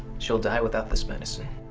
she'll die without this medicine.